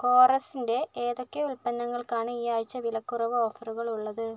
കോറസ്സിൻ്റെ ഏതൊക്കെ ഉൽപ്പന്നങ്ങൾക്കാണ് ഈ ആഴ്ച വിലക്കുറവ് ഓഫറുകൾ ഉള്ളത്